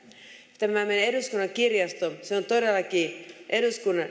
tämä meidän eduskunnan kirjasto on todellakin eduskunnan